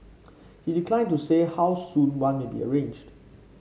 he declined to say how soon one may be arranged